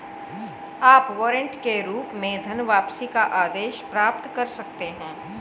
आप वारंट के रूप में धनवापसी आदेश प्राप्त कर सकते हैं